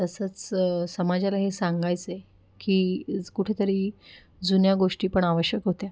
तसंच समाजाला हे सांगायचं आहे की कुठेतरी जुन्या गोष्टी पण आवश्यक होत्या